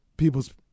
people's